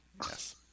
yes